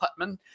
Putman